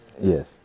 Yes